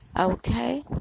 Okay